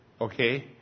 Okay